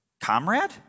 Comrade